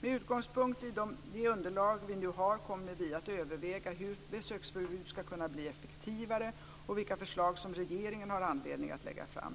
Med utgångspunkt i de underlag vi nu har kommer vi att överväga hur besöksförbudet ska kunna bli effektivare och vilka förslag som regeringen har anledning att lägga fram.